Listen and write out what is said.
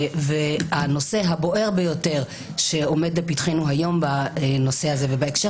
הנושא הבוער ביותר שעומד לפתחנו היום בנושא הזה ובהקשר